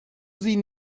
sie